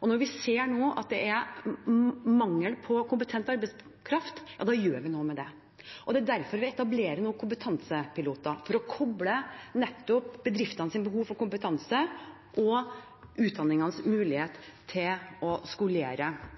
Når vi nå ser at det er mangel på kompetent arbeidskraft, gjør vi noe med det. Det er derfor vi nå etablerer Kompetansepiloter – for å koble nettopp bedriftenes behov for kompetanse og utdanningenes mulighet til å skolere